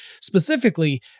specifically